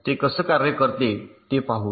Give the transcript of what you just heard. ते कसे कार्य करते ते पाहूया